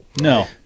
No